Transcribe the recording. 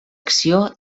acció